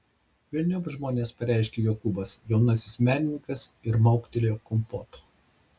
velniop žmones pareiškė jokūbas jaunasis menininkas ir mauktelėjo kompoto